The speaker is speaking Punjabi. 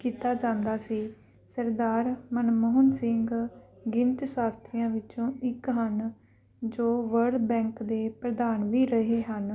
ਕੀਤਾ ਜਾਂਦਾ ਸੀ ਸਰਦਾਰ ਮਨਮੋਹਨ ਸਿੰਘ ਗਣਿਤ ਸਾਸ਼ਤਰੀਆਂ ਵਿੱਚੋਂ ਇੱਕ ਹਨ ਜੋ ਵਰਲਡ ਬੈਂਕ ਦੇ ਪ੍ਰਧਾਨ ਵੀ ਰਹੇ ਹਨ